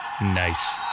Nice